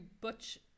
Butch